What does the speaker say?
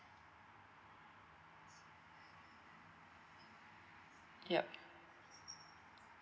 yup